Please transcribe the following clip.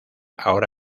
ahora